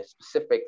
specific